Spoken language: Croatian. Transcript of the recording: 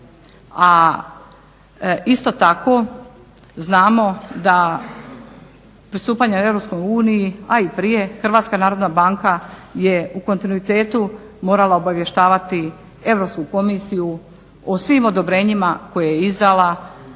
a isto tako znamo da pristupanjem EU a i prije HNB-a je u kontinuitetu morala obavještavati EU komisiju o svim odobrenjima koje je izdala